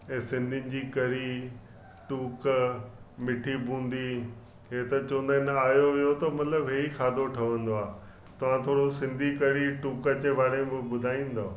ऐं सिंधीनि जी कढ़ी टूक मिठी बूंदी हे त चवंदा आहिनि आयो वियो त मतिलबु हे ही खाधो ठहंदो आहे तव्हां थोरो सिंधी कढ़ी टूक जे बारे में बुधाईंदो